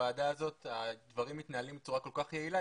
ובוועדה הזאת הדברים מתנהלים בצורה כל כך יעילה,